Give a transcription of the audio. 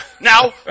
Now